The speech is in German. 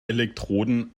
elektroden